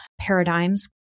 paradigms